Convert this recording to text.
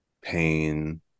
pain